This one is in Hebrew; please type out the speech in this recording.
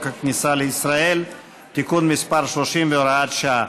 הכניסה לישראל (תיקון מס' 30 והוראת שעה),